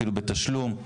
אפילו בתשלום,